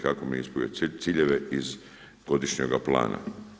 HAKOM nije ispunio ciljeve iz godišnjega plana.